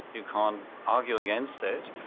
you can't argue against it,